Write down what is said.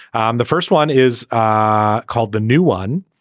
and the first one is ah called the new one.